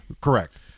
Correct